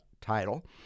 title